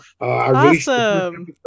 Awesome